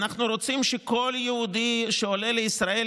אנחנו רוצים שכל יהודי שעולה לישראל,